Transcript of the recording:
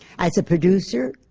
as a producer,